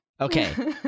Okay